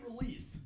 released